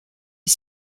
est